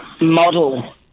model